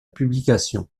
publication